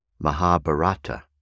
Mahabharata